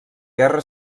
guerra